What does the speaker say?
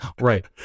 Right